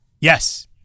Yes